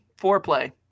Foreplay